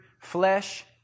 flesh